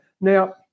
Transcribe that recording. Now